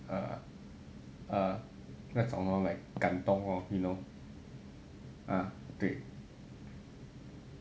err err 那种 lor like 感动 lor ah 对